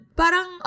parang